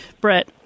Brett